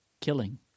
killing